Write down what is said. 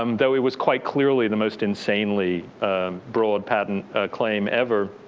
um though it was quite clearly the most insanely broad patent claim ever.